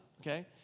okay